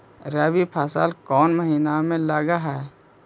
रबी फसल कोन महिना में लग है?